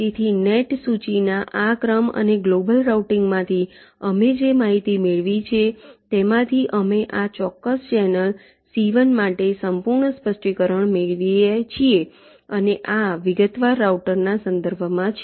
તેથી નેટ સૂચિના આ ક્રમ અને ગ્લોબલ રાઉટિંગમાંથી અમે જે માહિતી મેળવી છે તેમાંથી અમે આ ચોક્કસ ચેનલ C1 માટે સંપૂર્ણ સ્પષ્ટીકરણ મેળવીએ છીએ અને આ વિગતવાર રાઉટરના સંદર્ભમાં છે